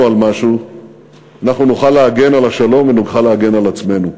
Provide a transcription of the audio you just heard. על משהו אנחנו נוכל להגן על השלום ונוכל להגן על עצמנו.